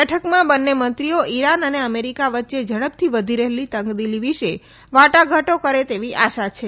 બેઠકમાં બંને મંત્રીઓ ઇરાન અને અમેરીકા વચ્ચે ઝડપથી વધ રહેલી તંગદીલી વિશે વાટાઘાટો કરે તેવી આશા છે